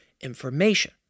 information